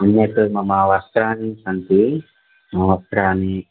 अन्यत् मम वस्त्राणि सन्ति मम वस्त्राणि